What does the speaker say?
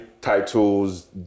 titles